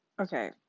okay